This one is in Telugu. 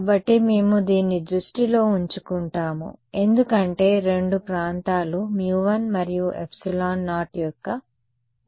కాబట్టి మేము దీన్ని దృష్టిలో ఉంచుకుంటాము ఎందుకంటే 2 ప్రాంతాలు μ1మరియు ε0 యొక్క విభిన్న విలువలను కలిగి ఉన్నాయి